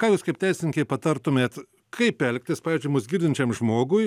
ką jūs kaip teisininkė patartumėt kaip elgtis pavyzdžiui mus girdinčiam žmogui